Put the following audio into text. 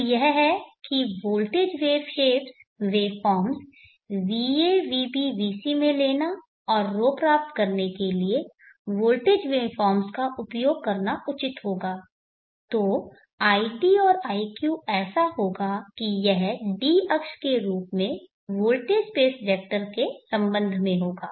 तो यह है कि voltage wave shapes waveforms va vb vc में लेना और ρ प्राप्त करने के लिए वोल्टेज वेवफॉर्म्स का उपयोग करना उचित होगा तो id और iq ऐसा होगा कि यह d अक्ष के रूप में वोल्टेज स्पेस वेक्टर के संबंध में होगा